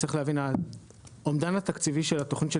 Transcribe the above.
צריך להבין: האומדן התקציבי של התכנית של